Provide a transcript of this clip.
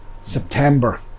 September